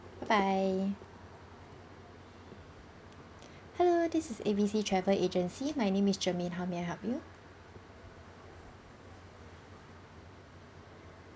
bye bye hello this is A B C travel agency my name is jermaine how may I help you